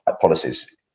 policies